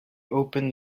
opened